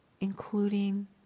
including